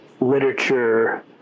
literature